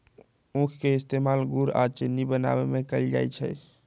उख के इस्तेमाल गुड़ आ चिन्नी बनावे में कएल जाई छई